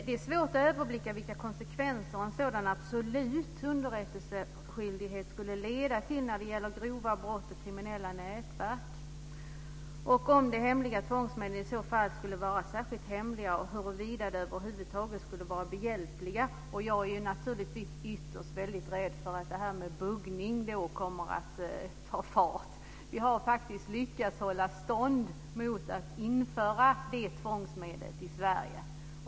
Det är svårt att överblicka vilka konsekvenser en sådan absolut underrättelseskyldighet skulle få när det gäller grova brott och kriminella nätverk. Skulle de hemliga tvångsmedlen i så fall vara särskilt hemliga och skulle de över huvud taget vara behjälpliga? Jag är naturligtvis ytterst väldigt rädd för att buggning då kommer att ta fart. Vi har faktiskt lyckats hålla stånd mot att införa det tvångsmedlet i Sverige.